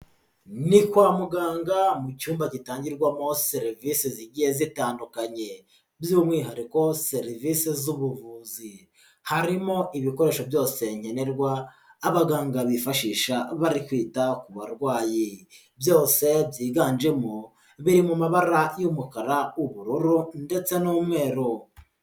Ni kwa muganga mu cyumba gitangirwamo serivisi zigiye zitandukanye, by'umwihariko serivisi z'ubuvuzi, harimo ibikoresho byose nkenenerwa abaganga bifashisha bari kwita ku barwayi, byose byiganjemo biri mu mabara y'umukara, ubururu ndetse n'umweru.